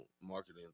marketing